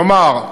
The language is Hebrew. כלומר,